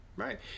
Right